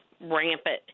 rampant